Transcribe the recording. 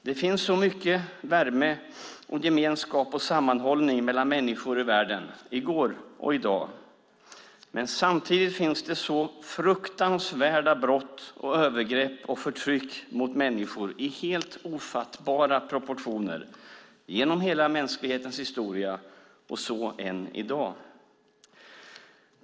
Det finns så mycket värme, gemenskap och sammanhållning mellan människor i världen, i går och i dag. Men samtidigt finns så fruktansvärda brott, övergrepp och förtryck mot människor i helt ofattbara proportioner genom hela mänsklighetens historia och så än i dag.